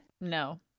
No